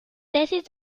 tesis